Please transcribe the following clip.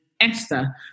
Esther